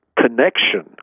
connection